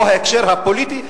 או ההקשר הפוליטי.